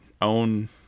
own